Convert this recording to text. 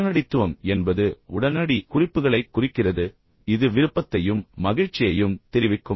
உடனடித்துவம் என்பது உடனடி குறிப்புகளைக் குறிக்கிறது இது விருப்பத்தையும் மகிழ்ச்சியையும் தெரிவிக்கும்